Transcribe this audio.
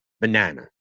banana